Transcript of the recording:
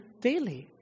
daily